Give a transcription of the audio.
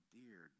dear